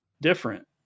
different